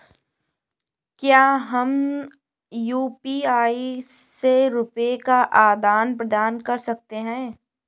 क्या हम यू.पी.आई से रुपये का आदान प्रदान कर सकते हैं?